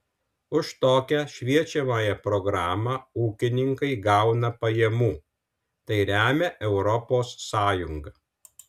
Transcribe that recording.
už tokią šviečiamąją programą ūkininkai gauna pajamų tai remia europos sąjunga